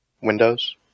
windows